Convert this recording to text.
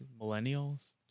Millennials